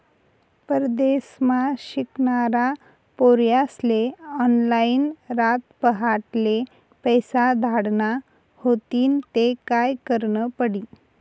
परदेसमा शिकनारा पोर्यास्ले ऑनलाईन रातपहाटले पैसा धाडना व्हतीन ते काय करनं पडी